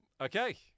Okay